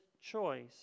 choice